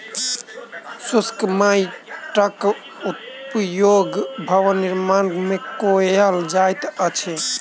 शुष्क माइटक उपयोग भवन निर्माण मे कयल जाइत अछि